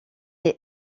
est